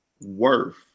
worth